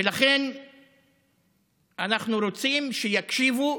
ולכן אנחנו רוצים שיקשיבו,